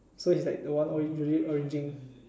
so he is like the one always arranging